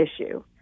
issue